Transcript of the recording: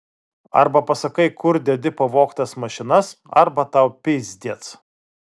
arba pasakai kur dedi pavogtas mašinas arba tau pizdiec